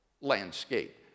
landscape